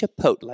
Chipotle